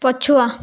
ପଛୁଆ